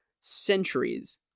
centuries